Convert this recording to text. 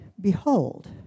behold